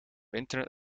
internet